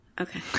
Okay